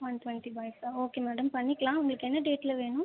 one twenty பாய்ஸா okay madam பண்ணிக்கலாம் உங்களுக்கு என்ன டேட்டில் வேணும்